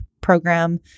program